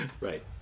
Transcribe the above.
right